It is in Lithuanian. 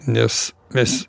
nes mes